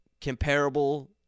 comparable